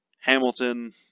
Hamilton